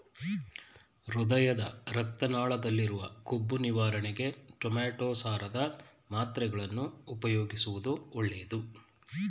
ಹೃದಯದ ರಕ್ತ ನಾಳದಲ್ಲಿರುವ ಕೊಬ್ಬು ನಿವಾರಣೆಗೆ ಟೊಮೆಟೋ ಸಾರದ ಮಾತ್ರೆಗಳನ್ನು ಉಪಯೋಗಿಸುವುದು ಒಳ್ಳೆದು